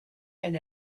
and